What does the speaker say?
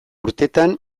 urtetan